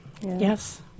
Yes